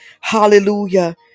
hallelujah